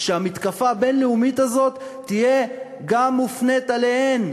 שהמתקפה הבין-לאומית הזאת תהיה מופנית גם אליהם.